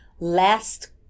last